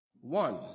One